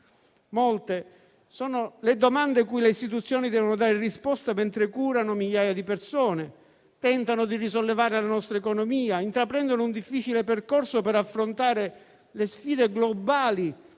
Molte sono le domande cui le istituzioni devono dare risposta, mentre curano migliaia di persone, tentano di risollevare la nostra economia e intraprendono un difficile percorso per affrontare le sfide globali